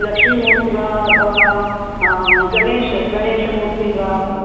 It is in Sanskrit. लक्ष्मीमूर्तिः वा अथवा गणेश गणेशमूर्तिः वा